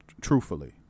Truthfully